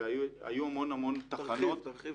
והיו המון המון תחנות ארוכות --- תרחיב,